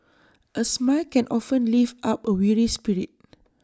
A smile can often lift up A weary spirit